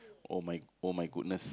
oh my oh my goodness